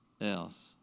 else